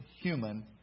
human